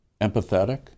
empathetic